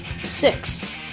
six